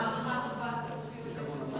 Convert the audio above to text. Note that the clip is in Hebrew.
ההארכה נובעת,